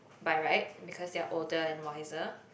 by right because they're older and wiser